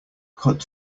cut